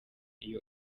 iyo